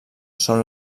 són